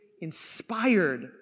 inspired